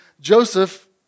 Joseph